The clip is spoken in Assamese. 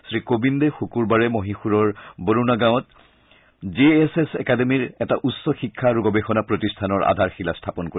শ্ৰী কোবিন্দে শুকুৰবাৰে মহীশূৰৰ বৰুণা গাঁৱত জে এছ এছ একাডেমীৰ এটা উচ্চ শিক্ষা আৰু গৱেষণা প্ৰতিষ্ঠানৰ আধাৰশিলা স্থাপন কৰিব